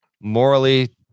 morally